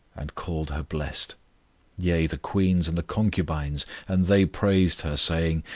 and called her blessed yea, the queens and the concubines, and they praised her, saying,